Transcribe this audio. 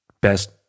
best